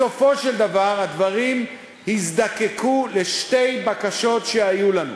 בסופו של דבר הדברים הזדקקו לשתי בקשות שהיו לנו: